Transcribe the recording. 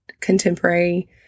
contemporary